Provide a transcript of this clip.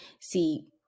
See